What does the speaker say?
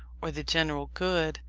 or the general good,